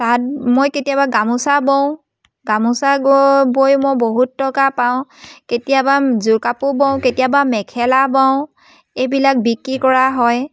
তাঁত মই কেতিয়াবা গামোচা বওঁ গামোচা বৈ মই বহুত টকা পাওঁ কেতিয়াবা যোৰ কাপোৰ বওঁ কেতিয়াবা মেখেলা বওঁ এইবিলাক বিক্ৰী কৰা হয়